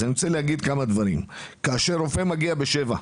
אז אני רוצה להגיד כמה דברים: כאשר רופא מגיע ב-7:00,